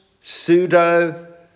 pseudo